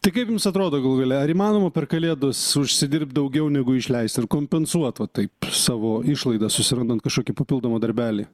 tai kaip jums atrodo galų gale ar įmanoma per kalėdas užsidirbt daugiau negu išleist ir kompensuot va taip savo išlaidas susirandant kažkokį papildomą darbelį